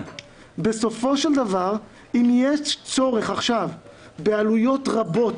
בסופו של דבר אם יהיו צורך עכשיו בעלויות רבות